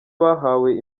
bahawe